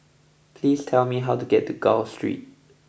please tell me how to get to Gul Street